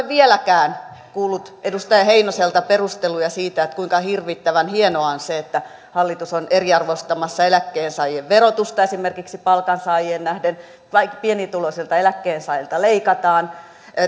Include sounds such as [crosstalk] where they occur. [unintelligible] vieläkään kuullut edustaja heinoselta perusteluja siitä kuinka hirvittävän hienoa on se että hallitus on esimerkiksi eriarvoistamassa eläkkeensaajien verotusta palkansaajiin nähden tai että pienituloisilta eläkkeensaajilta leikataan